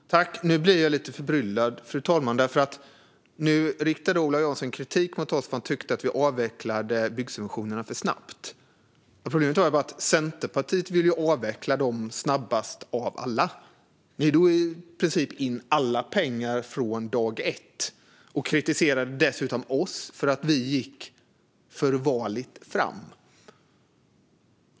Fru talman! Nu blir jag lite förbryllad, för nu riktar Ola Johansson kritik mot oss för att han tycker att vi avvecklade byggsubventionerna för snabbt. Problemet var ju bara att Centerpartiet ville avveckla dem snabbast av alla. Ni drog in i princip alla pengar från dag ett och kritiserade dessutom oss för att vi gick för varligt fram.